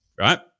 right